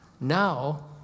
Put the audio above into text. Now